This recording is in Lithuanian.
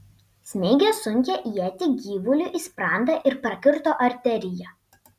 smeigė sunkią ietį gyvuliui į sprandą ir prakirto arteriją